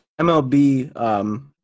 MLB